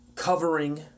covering